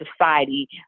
society